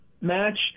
match